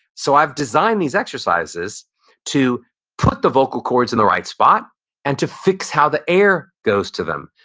so i've designed these exercises to put the vocal cords in the right spot and to fix how the air goes to them.